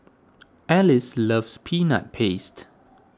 Alice loves Peanut Paste